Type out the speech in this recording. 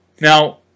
Now